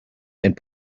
and